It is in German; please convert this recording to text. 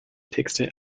texte